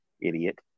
Idiot